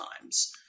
times